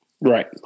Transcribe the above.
Right